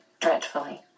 dreadfully